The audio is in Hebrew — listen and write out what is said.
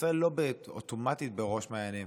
ישראל לא אוטומטית בראש מעייניהם.